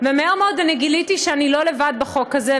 ומהר מאוד אני גיליתי שאני לא לבד בחוק בזה,